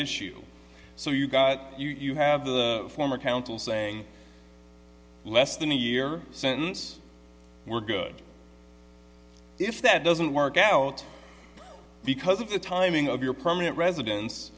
issue so you got you have the former counsel saying less than a year sentence were good if that doesn't work out because if the timing of your permanent residen